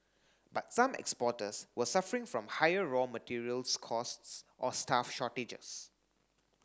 but some exporters were suffering from higher raw materials costs or staff shortages